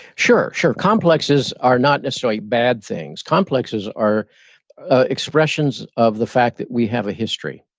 sure, sure. complexes are not necessarily bad things. complexes are expressions of the fact that we have a history.